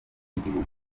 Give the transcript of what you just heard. n’igihugu